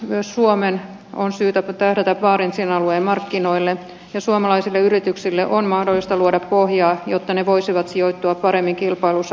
myös suomen on syytä tähdätä barentsin alueen markkinoille ja suomalaisille yrityksille on mahdollista luoda pohjaa jotta ne voisivat sijoittua paremmin kilpailussa pohjoisilla alueilla